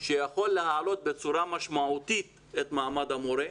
שיכול להעלות בצורה משמעותית את מעמד המורה,